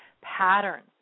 patterns